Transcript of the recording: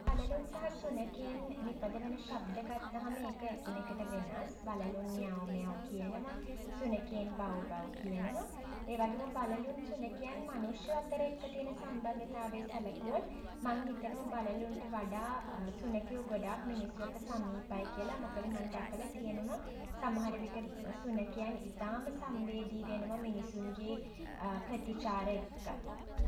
බළලුන් සහ සුනඛයින් නිපදවන ශබ්ද ගත්තහම ඒක එකිනෙකට වෙනස්. බළලුන් මියෑව් මියෑව් කියනවා. සුනඛයින් බව් බව් කියනවා. ඒවගේම බළලුන් සුනඛයන් මනුෂ්‍යයෝ අතර එක්ක තියෙන සම්බන්ධතාවය සැලකුවොත් මං හිතනවා බළලුන්ට වඩා සුනඛයො ගොඩාක් මිනිස්සු එක්ක සමීපයි කියලා. මොකද මං දැකල තියෙනව සමහරවිට සුනඛයන් ඉතාම සංවේදී වෙනවා මිනිස්සුන්ගේ ප්‍රතිචාර එක්ක.